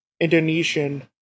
Indonesian